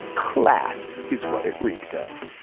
class is what it reeked of.